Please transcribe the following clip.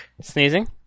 sneezing